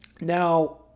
Now